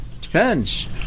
depends